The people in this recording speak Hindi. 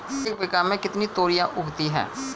एक बीघा में कितनी तोरियां उगती हैं?